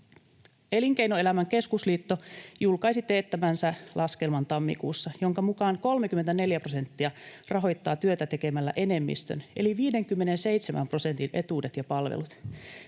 Elinkeinoelämän keskusliitto julkaisi teettämänsä laskelman tammikuussa, jonka mukaan 34 prosenttia rahoittaa työtä tekemällä enemmistön eli 57 prosentin etuudet ja palvelut.